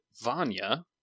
Vanya